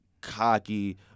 cocky